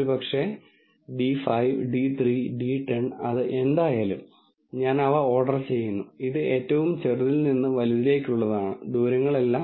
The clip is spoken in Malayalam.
തുടർന്ന് ഇത് f1 x1 x2 xn എന്ന് പറയുക ഇവയാണ് ആട്രിബ്യൂട്ട് മൂല്യങ്ങൾ കൂടാതെ സാധാരണയായി ആ ഫംഗ്ഷനു വേണ്ടി നിങ്ങൾ ഉപയോഗിക്കേണ്ട ഒരു കൂട്ടം പാരാമീറ്ററുകളും ഉണ്ടാകും